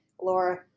Laura